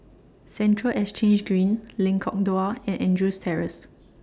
Central Exchange Green Lengkok Dua and Andrews Terrace